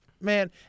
Man